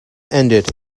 ended